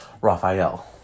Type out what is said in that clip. Raphael